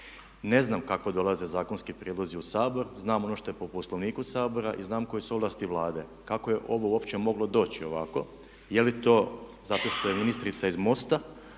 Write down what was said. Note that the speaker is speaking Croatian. Ne znam kako dolaze zakonski prijedlozi u Sabor, znam ono što je po Poslovniku Sabora i znam koje su ovlasti Vlade. Kako je ovo uopće moglo doći ovako? Je li to zato što je ministrica iz MOST-a